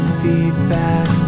feedback